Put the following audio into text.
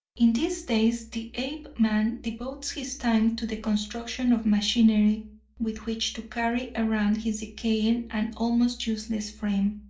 in these days, the apeman devotes his time to the construction of machinery with which to carry around his decaying and almost useless frame,